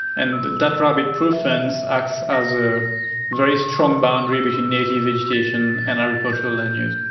and that rabbit proof fence acts as a very strong boundary between native vegetation and agricultural land use.